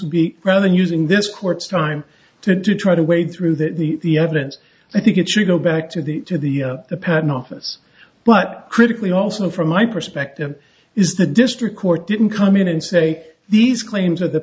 would be rather than using this court's time to do try to wade through that the evidence i think it should go back to the to the patent office but critically also from my perspective is the district court didn't come in and say these claims of the